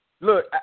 look